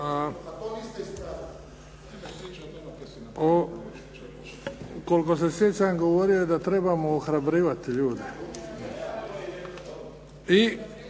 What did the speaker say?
Luka (HDZ)** Hvala. Koliko se sjećam, govorio je da trebamo ohrabrivati ljude. I